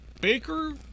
Baker